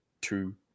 two